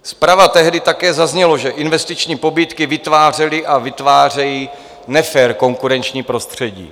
Zprava také tehdy zaznělo, že investiční pobídky vytvářely a vytvářejí nefér konkurenční prostředí.